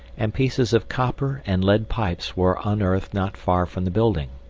and pieces of copper and lead pipes were unearthed not far from the building.